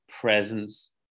presence